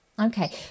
okay